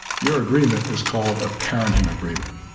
your agreement is called a parenting agreement.